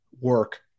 work